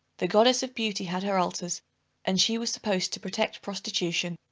the goddess of beauty had her altars and she was supposed to protect prostitution,